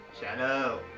Shadow